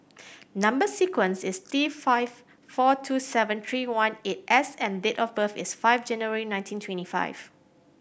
number sequence is T five four two seven three one eight S and date of birth is five January nineteen twenty five